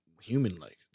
human-like